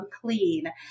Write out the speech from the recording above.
Clean